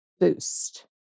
boost